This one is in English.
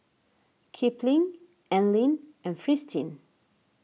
Kipling Anlene and Fristine